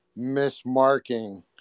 mismarking